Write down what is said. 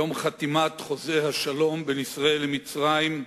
יום חתימת חוזה השלום בין ישראל למצרים,